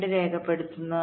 2 രേഖപ്പെടുത്തുന്നു